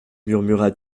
murmura